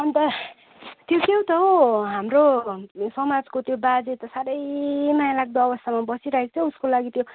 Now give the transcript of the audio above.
अन्त त्यो के हौ त हौ हाम्रो समाजको त्यो बाजे त साह्रै माया लाग्दो अवस्थामा बसिरहेको छ उसको लागि त्यो